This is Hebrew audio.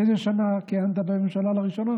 באיזו שנה כיהנת לראשונה בממשלה?